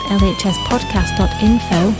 lhspodcast.info